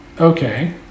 Okay